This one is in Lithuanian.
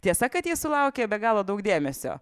tiesa kad ji sulaukė be galo daug dėmesio